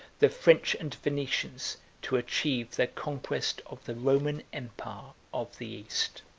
the french and venetians to achieve the conquest of the roman empire of the east.